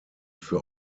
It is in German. für